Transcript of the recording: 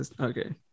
Okay